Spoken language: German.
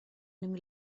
dem